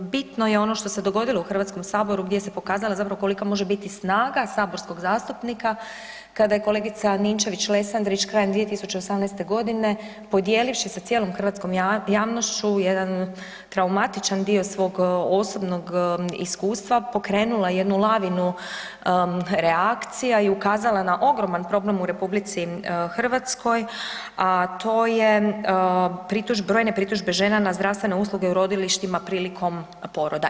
Bitno je ono što se dogodilo u HS-u, gdje se pokazalo zapravo kolika može biti snaga saborskog zastupnika kada je kolegica Ninčević-Lesandrić krajem 2018. g. podijelivši sa cijelom hrvatskom javnošću jedan traumatičan dio svog osobnog iskustva pokrenula jednu lavinu reakcija i ukazala na ogroman problem u RH, a to je pritužbe, brojne pritužbe žena na zdravstvene usluge u rodilištima prilikom poroda.